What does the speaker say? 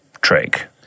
trick